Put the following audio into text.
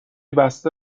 بسته